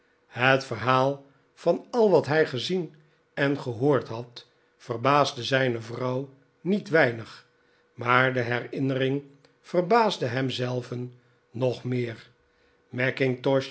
het verhaal van al wat hij gezien en gehoord had verbaasde zijne vrouw niet weinig maar de herinnering verbaasde hem zelven nog meer